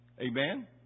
Amen